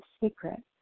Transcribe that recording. secret